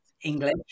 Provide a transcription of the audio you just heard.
English